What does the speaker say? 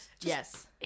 Yes